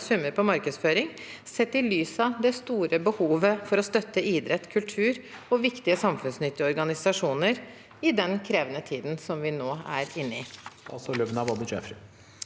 summer på markedsføring, sett i lys av det store behovet for å støtte idrett, kultur og viktige samfunnsnyttige organisasjoner i den krevende tiden vi nå er inne i.